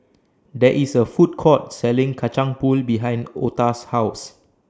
There IS A Food Court Selling Kacang Pool behind Ota's House